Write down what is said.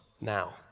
now